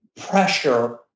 pressure